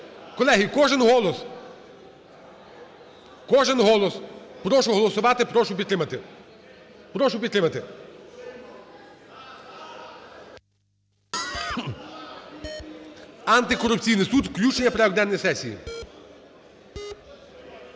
голос, кожен голос, прошу голосувати, прошу підтримати, прошу підтримати. Антикорупційний суд – включення в порядок денний сесії.